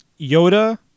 Yoda